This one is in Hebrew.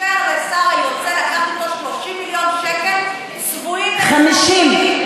אישר לשר היוצא לקחת אתו 30 מיליון שקל צבועים למשפחתונים.